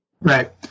Right